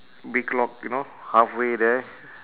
big lock you know halfway there